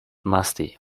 musty